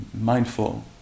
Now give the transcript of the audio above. mindful